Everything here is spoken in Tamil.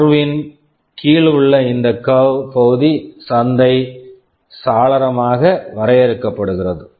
கர்வ்வின் curve கீழ் உள்ள இந்த கர்வ் curve பகுதி சந்தை சாளரமாக வரையறுக்கப்படுகிறது